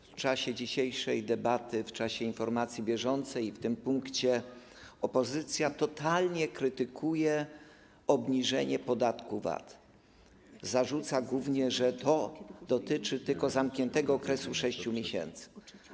W czasie dzisiejszej debaty, w czasie informacji bieżącej i w tym punkcie opozycja totalnie krytykuje obniżenie podatku VAT, głównie zarzuca, że to dotyczy tylko zamkniętego okresu 6 miesięcy.